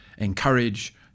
encourage